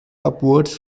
upwards